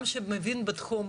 גם שמבין בתחום,